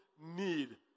need